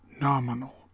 nominal